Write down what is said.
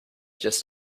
just